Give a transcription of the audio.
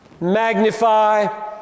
magnify